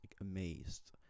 amazed